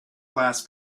last